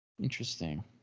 Interesting